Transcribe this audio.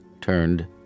turned